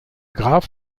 graf